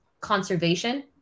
conservation